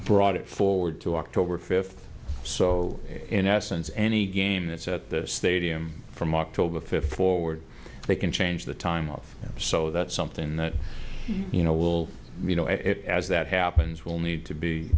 brought it forward to october fifth so in essence any game that's at that stage d m from october fifth forward they can change the time off so that something that you know will you know it as that happens will need to be